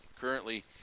currently